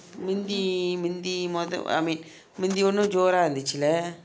மிந்தி மிந்தி முதல்:minthi minthi muthal I mean மிந்தி ஒரே ஜோரா இருந்திச்சுல:minthi orae jora irunthicchula